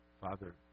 Father